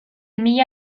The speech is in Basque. mila